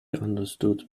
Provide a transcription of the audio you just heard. understood